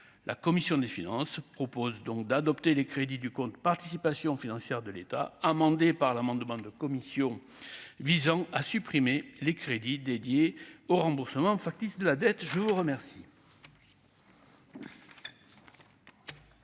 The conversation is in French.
la commission des finances propose donc d'adopter les crédits du compte participation financière de l'État, amendé par l'amendement de la commission visant à supprimer les crédits dédiés aux remboursements factice de la dette, je vous remercie.